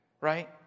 Right